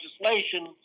legislation